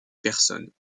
personnes